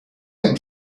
him